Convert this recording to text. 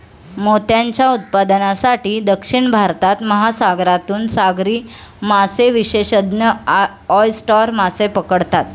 मोत्यांच्या उत्पादनासाठी, दक्षिण भारतात, महासागरातून सागरी मासेविशेषज्ञ ऑयस्टर मासे पकडतात